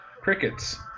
crickets